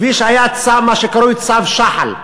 כפי שהיה, מה שקרוי "צו שחל",